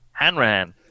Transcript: Hanran